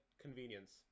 convenience